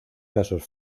casos